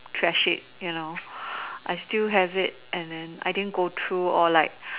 trash it you know I still have it and then I didn't go through or like